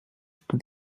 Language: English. for